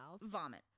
Vomit